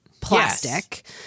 plastic